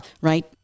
Right